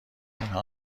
اینها